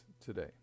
today